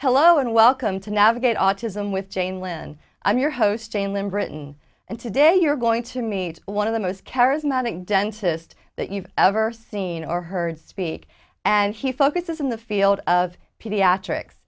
hello and welcome to navigate autism with jane lynn i'm your host jane lim britain and today you're going to meet one of the most charismatic dentist that you've ever seen or heard speak and he focuses on the field of pediatrics